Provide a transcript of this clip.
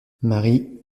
mary